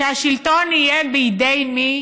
שהשלטון יהיה בידי מי